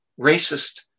racist